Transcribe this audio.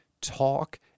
talk